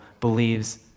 believes